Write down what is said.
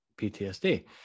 PTSD